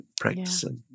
practicing